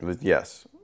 Yes